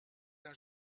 d’un